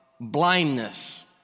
blindness